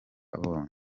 abonye